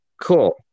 Cool